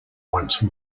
once